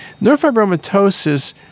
Neurofibromatosis